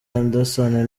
anderson